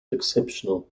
exceptional